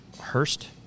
Hurst